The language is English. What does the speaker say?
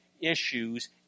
issues